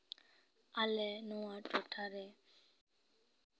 ᱟᱞᱮ ᱱᱚᱣᱟ ᱴᱚᱴᱷᱟᱨᱮ